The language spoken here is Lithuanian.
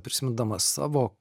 prisimindamas savo